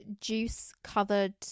juice-covered